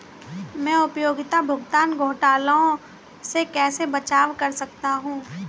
मैं उपयोगिता भुगतान घोटालों से कैसे बचाव कर सकता हूँ?